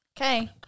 Okay